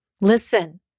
Listen